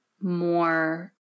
more